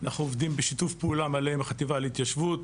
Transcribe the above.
אנחנו עובדים בשיתוף פעולה מלא עם החטיבה להתיישבות,